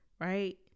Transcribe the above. right